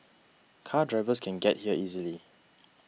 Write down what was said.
car drivers can get here easily